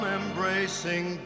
embracing